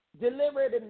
delivered